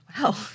Wow